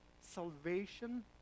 salvation